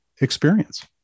experience